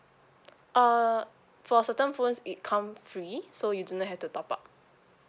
uh for certain phones it come free so you do not have to top up